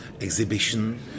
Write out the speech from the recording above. exhibition